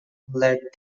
led